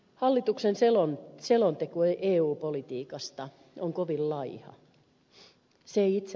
hallituksen selonteko eu politiikasta on kovin laiha